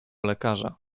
lekarza